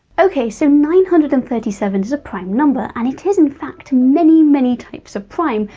ok, so nine hundred and thirty seven is a prime number, and it is in fact many, many types of prime,